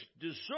deserve